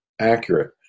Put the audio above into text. accurate